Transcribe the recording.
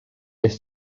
est